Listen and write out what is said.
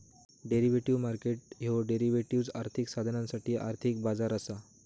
derivative market ह्यो derivatives, आर्थिक साधनांसाठी आर्थिक बाजार असा